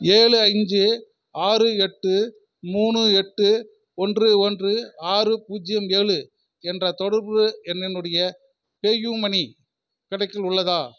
ஏழு அஞ்சு ஆறு எட்டு மூணு எட்டு ஒன்று ஒன்று ஆறு பூஜ்ஜியம் ஏழு என்ற தொடர்பு எண்ணினுடைய பேயூமனி கணக்கில் உள்ளதா